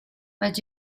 but